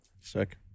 Sick